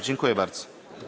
Dziękuję bardzo.